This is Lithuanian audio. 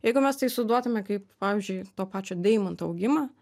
jeigu mes tai suduotume kaip pavyzdžiui to pačio deimanto augimą